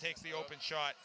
takes the open shot